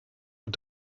uhr